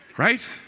Right